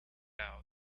out